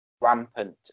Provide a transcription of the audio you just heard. rampant